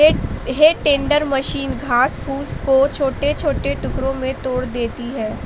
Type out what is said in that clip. हे टेंडर मशीन घास फूस को छोटे छोटे टुकड़ों में तोड़ देती है